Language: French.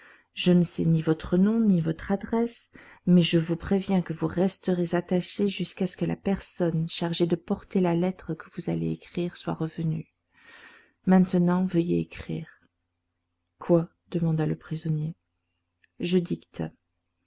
je ne sais ni votre nom ni votre adresse mais je vous préviens que vous resterez attaché jusqu'à ce que la personne chargée de porter la lettre que vous allez écrire soit revenue maintenant veuillez écrire quoi demanda le prisonnier je dicte